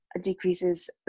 decreases